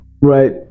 Right